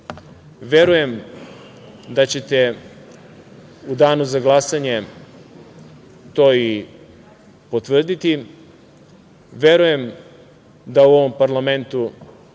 Verujem da ćete u danu za glasanje to i potvrditi. Verujem da u ovom parlamentu